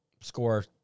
score